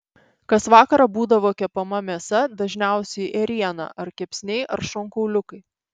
kas vakarą būdavo kepama mėsa dažniausiai ėriena ar kepsniai ar šonkauliukai